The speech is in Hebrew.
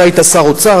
אתה היית שר אוצר,